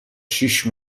شیش